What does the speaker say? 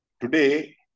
Today